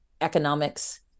economics